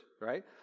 right